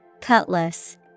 Cutlass